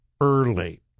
early